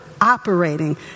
operating